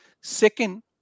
Second